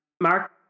Mark